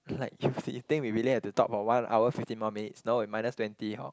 like you you think we really have to talk for one hour fifty more minutes no we minus twenty hor